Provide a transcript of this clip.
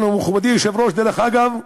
מכובדי היושב-ראש, דרך אגב,